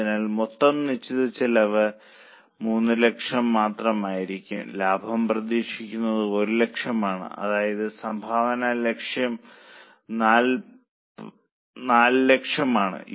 അതിനാൽ മൊത്തം നിശ്ചിത ചെലവ് 300000 മാത്രമായിരിക്കും ലാഭം പ്രതീക്ഷിക്കുന്നത് 100000 ആണ് അതായത് സംഭാവന ലക്ഷ്യം 400000 ആണ്